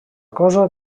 cosa